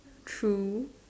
true